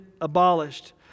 abolished